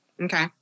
Okay